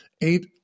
eight